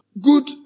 good